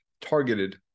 targeted